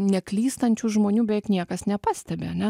neklystančių žmonių beveik niekas nepastebi ane